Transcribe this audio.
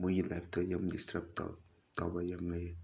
ꯃꯣꯏꯒꯤ ꯂꯥꯏꯐꯇ ꯌꯥꯝ ꯗꯤꯁꯇꯔꯞ ꯇꯧꯕ ꯌꯥꯝ ꯂꯩꯌꯦ